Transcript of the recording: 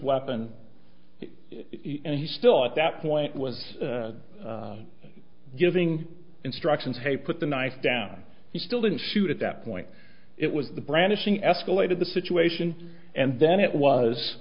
weapon and still at that point was giving instructions hey put the knife down he still didn't shoot at that point it was the brandishing escalated the situation and then it was